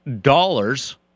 dollars